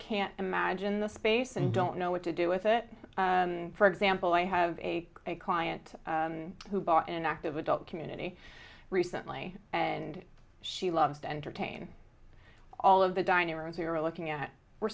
can't imagine the space and don't know what to do with it for example i have a client who bought an active adult community recently and she loves to entertain all of the dining room zero looking at were